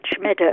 meadow